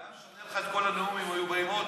זה היה משנה לך את כל הנאום אם היו באים עוד?